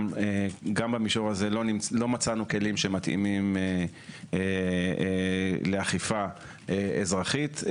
גם במישור הזה לא מצאנו כלים שמתאימים לאכיפה אזרחית.